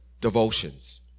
devotions